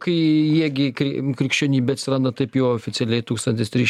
kai jie gi kai krikščionybė atsiranda taip jau oficialiai tūkstantis trys